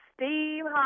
Steve